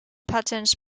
patterns